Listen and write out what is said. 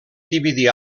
dividir